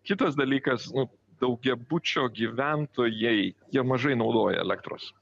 kitas dalykas nu daugiabučio gyventojai jie mažai naudoja elektros